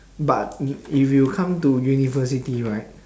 but y~ if you come to university right